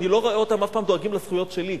אני לא רואה אותם אף פעם דואגים לזכויות שלי.